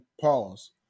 Pause